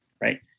right